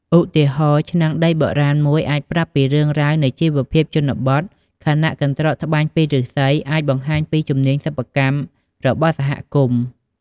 ឧទាហរណ៍ ឆ្នាំងដីបុរាណមួយ អាចប្រាប់ពីរឿងរ៉ាវនៃជីវភាពជនបទ ខណៈកន្ត្រកត្បាញពីឫស្សីអាចបង្ហាញពីជំនាញសិប្បកម្មរបស់សហគមន៍។